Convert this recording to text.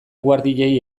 guardiei